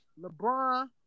LeBron